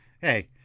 hey